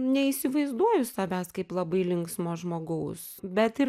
neįsivaizduoju savęs kaip labai linksmo žmogaus bet ir